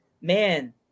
man